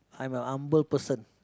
I'm a humble person